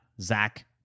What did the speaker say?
Zach